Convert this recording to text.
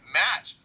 match